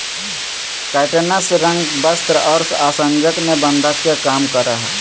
काइटोनस रंग, वस्त्र और आसंजक में बंधक के काम करय हइ